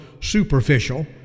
superficial